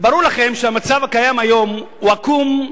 ברור לכם שהמצב הקיים היום הוא עקום.